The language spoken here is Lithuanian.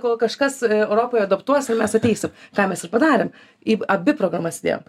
kol kažkas europoje adaptuos ir mes ateisim ką mes ir padarėm į abi programas įdėjom